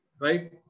Right